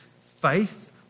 faith